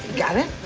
got it?